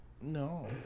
No